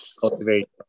cultivate